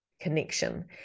connection